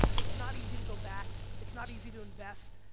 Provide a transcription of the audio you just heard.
it's not easy to go back, it's not easy to invest.